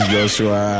Joshua